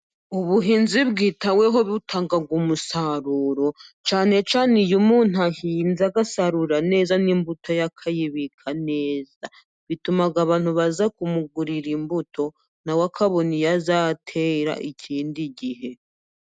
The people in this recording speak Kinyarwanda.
Ubuhinzi bwitaweho butanga umusaruro, cyane cyane iyo umuntu ahinze agasarura neza, n'imbuto ye akayibika neza, bituma abantu baza kumugurira imbuto, nawe akabona iyo azatera ikindi gihe.